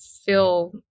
feel